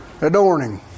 adorning